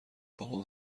بابام